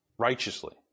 Righteously